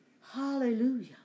Hallelujah